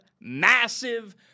massive